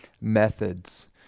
methods